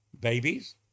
babies